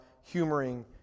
humoring